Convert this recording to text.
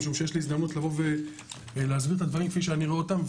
משום שיש לי הזדמנות לבוא ולהסביר את הדברים כפי שאני רואה אותם.